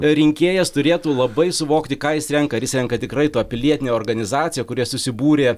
rinkėjas turėtų labai suvokti ką jis renka ar jis renka tikrai tą pilietinę organizaciją kurie susibūrė